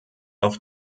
auf